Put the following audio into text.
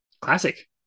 classic